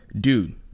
dude